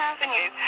Avenue